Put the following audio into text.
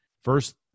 first